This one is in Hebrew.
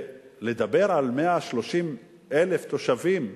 לדבר על 130,000 תושבים,